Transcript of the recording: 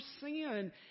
sin